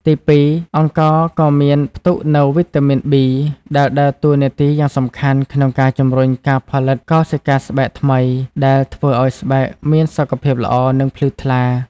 ទីពីរ អង្ករក៏មានផ្ទុកនូវ វីតាមីន ប៊ី ដែលដើរតួនាទីយ៉ាងសំខាន់ក្នុងការជំរុញការផលិតកោសិកាស្បែកថ្មី ដែលធ្វើឱ្យស្បែកមានសុខភាពល្អ និងភ្លឺថ្លា។